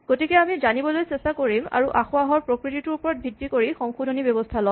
গতিকে আমি জানিবলৈ চেষ্টা কৰিম আৰু আসোঁৱাহৰ প্ৰকৃতিটোৰ ওপৰত ভিত্তি কৰি সংশোধনী ব্যৱস্হা ল'ম